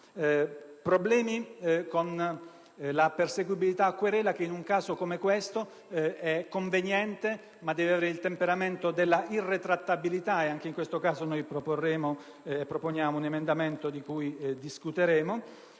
problemi con la perseguibilità a querela, che in un caso come questo è conveniente ma che deve avere il temperamento dell'irretrattabilità (ed anche in questo caso proponiamo un emendamento di cui discuteremo).